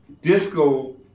Disco